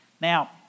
Now